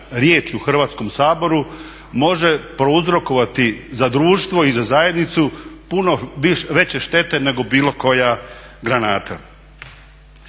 riječ u Hrvatskom saboru može prouzrokovati za društvo i za zajednicu puno veće štete nego bilo koja granata.